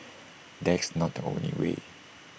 that's not the only way